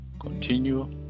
Continue